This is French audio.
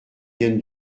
vienne